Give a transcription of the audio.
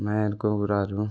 मायाहरूको कुराहरू